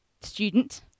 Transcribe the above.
student